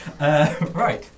Right